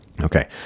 Okay